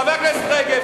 חברת הכנסת רגב,